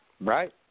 Right